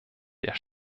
der